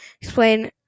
explain